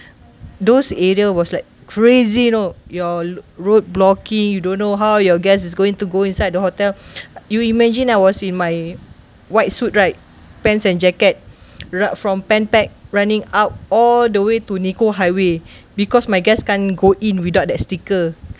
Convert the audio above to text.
those area was like crazy you know your route blocking you don't know how your guest is going to go inside the hotel you imagine I was in my white suit right pants and jacket from Pan Pac running out all the way to nicoll highway because my guest can't go in without that sticker